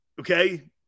Okay